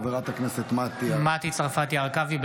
(קורא בשם חברת הכנסת) מטי צרפתי הרכבי,